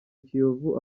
kiyovu